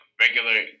regular